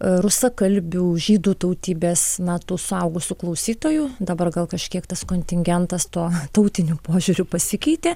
rusakalbių žydų tautybės na tų suaugusių klausytojų dabar gal kažkiek tas kontingentas tuo tautiniu požiūriu pasikeitė